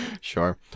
Sure